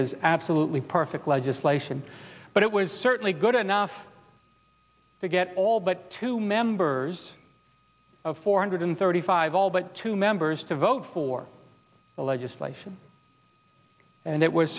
as absolutely perfect legislation but it was certainly good enough to get all but two members of four hundred thirty five all but two members to vote for the legislation and it was